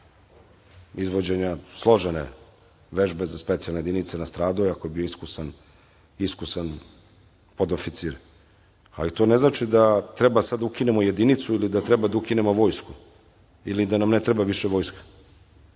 izvođenja složene vežbe za specijalne jedinice i nastradao je, iako je bio iskusan podoficir, ali to ne znači sada da treba da ukinemo jedinicu i da treba da ukinemo vojsku ili da nam ne treba više vojska.